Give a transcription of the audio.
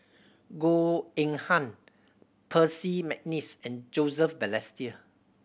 Goh Eng Han Percy McNeice and Joseph Balestier